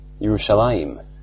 Yerushalayim